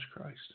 Christ